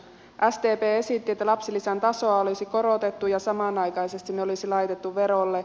sdp esitti että lapsilisän tasoa olisi korotettu ja samanaikaisesti ne olisi laitettu verolle